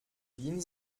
wien